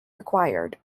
required